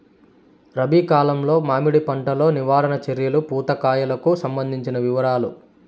రబి కాలంలో మామిడి పంట లో నివారణ చర్యలు పూత కాయలకు సంబంధించిన వివరాలు?